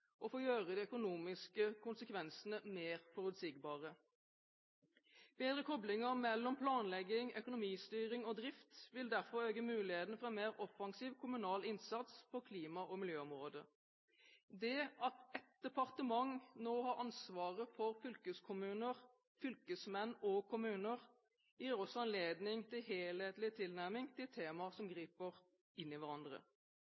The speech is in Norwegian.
gjøre de økonomiske konsekvensene mer forutsigbare. Bedre koblinger mellom planlegging, økonomistyring og drift vil derfor øke mulighetene for en mer offensiv kommunal innsats på klima- og miljøområdet. Det at ett departement nå har ansvaret for fylkeskommuner, fylkesmenn og kommuner, gir også anledning til helhetlig tilnærming til tema som